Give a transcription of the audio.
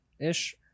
ish